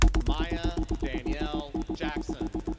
miah danielle jackson.